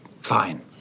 Fine